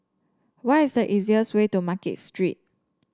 what is the easiest way to Market Street